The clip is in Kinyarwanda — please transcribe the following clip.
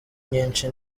nyinshi